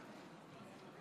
בעד,